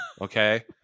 okay